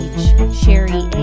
Sherry